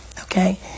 okay